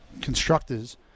constructors